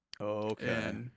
okay